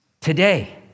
today